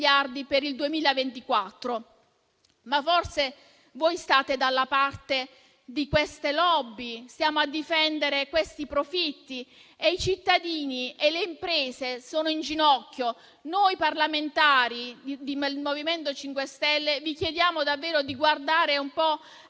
per il 2024. Forse voi state dalla parte di queste *lobby* e a difesa di questi profitti, mentre i cittadini e le imprese sono in ginocchio. Noi parlamentari del MoVimento 5 Stelle vi chiediamo davvero di guardare un po'